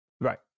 Right